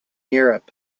europe